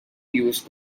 used